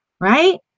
right